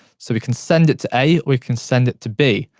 so, we can send it to a, we can send it to b.